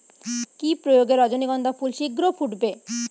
কি প্রয়োগে রজনীগন্ধা ফুল শিঘ্র ফুটবে?